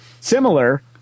Similar